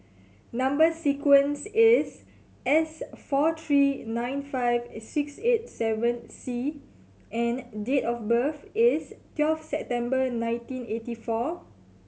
number sequence is S four three nine five six eight seven C and date of birth is twelve September nineteen eighty four